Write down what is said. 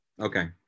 okay